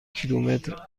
کیلومتر